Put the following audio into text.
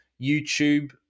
YouTube